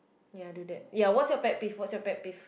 ya do that ya what's your pet peeve what's your pet peeve